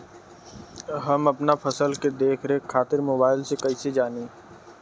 हम अपना फसल के देख रेख खातिर मोबाइल से कइसे जानी?